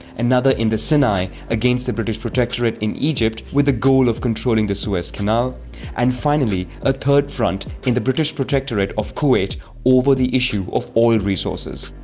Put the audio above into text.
another in the sinai against the british protectorate in egypt with the goal of controlling the suez canal and finally a third front in the british protectorate of kuwait over the issue of oil resources.